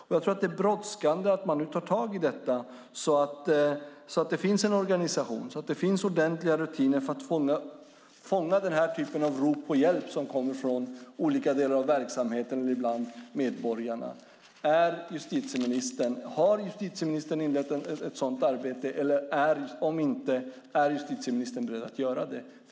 Jag tror att det är brådskande att man nu tar tag i detta så att det finns en organisation och ordentliga rutiner för att fånga den här typen av rop på hjälp som kommer från olika delar av verksamheten och ibland från medborgarna. Har justitieministern inlett ett sådant arbete? Om inte, är justitieministern beredd att göra det?